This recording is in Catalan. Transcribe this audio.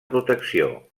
protecció